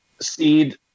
seed